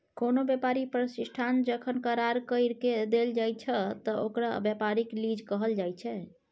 कोनो व्यापारी प्रतिष्ठान जखन करार कइर के देल जाइ छइ त ओकरा व्यापारिक लीज कहल जाइ छइ